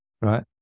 right